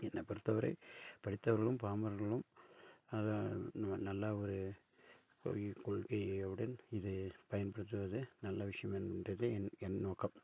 என்னை பொறுத்தவரை படித்தவர்களும் பாமரர்களும் அதை நல்ல ஒரு ஒரு கொள்கையை உடன் இது பயன்படுத்துவது நல்ல விஷயம் என்பதே என் என் நோக்கம்